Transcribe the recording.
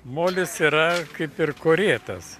molis yra kaip ir korėtas